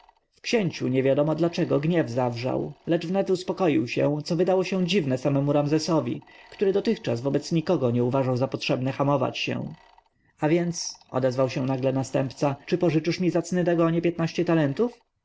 księciu niewiadomo dlaczego gniew zawrzał lecz wnet uspokoił się co wydało się dziwnem samemu ramzesowi który dotychczas wobec nikogo nie uważał za potrzebne hamować się a więc odezwał się nagle następca czy pożyczysz mi zacny dagonie piętnaście talentów